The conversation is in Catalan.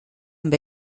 amb